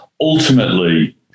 ultimately